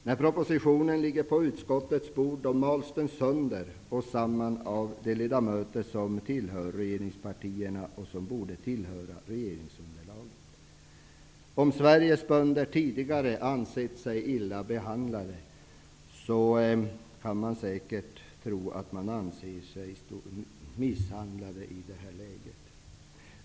När propositionen ligger på utskottets bord, mals den sönder och samman av de ledamöter som tillhör regeringspartierna och som borde tillhöra regeringsunderlaget. Om Sveriges bönder tidigare har ansett sig illa behandlade, kan man säkert tro att de i detta läge anser sig misshandlade.